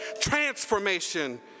transformation